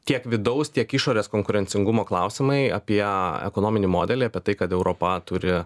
tiek vidaus tiek išorės konkurencingumo klausimai apie ekonominį modelį apie tai kad europa turi